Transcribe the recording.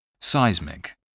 Seismic